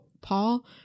Paul